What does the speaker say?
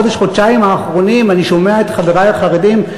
בחודש-חודשיים האחרונים אני שומע את חברי החרדים,